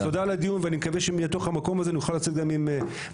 אז תודה על הדיון ואני מקווה שמתוך המקום הזה נוכל לצאת גם עם מסקנות,